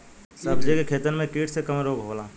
सब्जी के खेतन में कीट से कवन रोग होला?